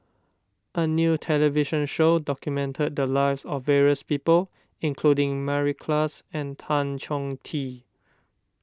a new television show documented the lives of various people including Mary Klass and Tan Chong Tee